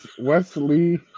Wesley